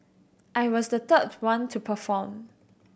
I was the third one to perform